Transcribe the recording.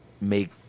make